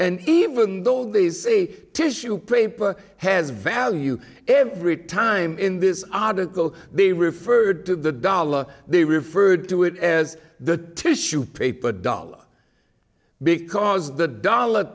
and even though these a tissue paper has value every time in this article be referred to the dollar they referred to it as the tissue paper doll because the dollar